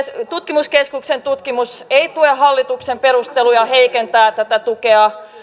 tutkimuskeskuksen tutkimus ei tue hallituksen perusteluja heikentää tätä tukea